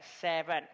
seven